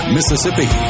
Mississippi